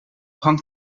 hangt